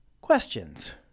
Questions